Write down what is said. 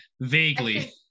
Vaguely